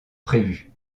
prévu